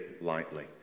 lightly